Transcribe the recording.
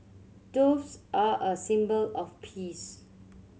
doves are a symbol of peace